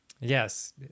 Yes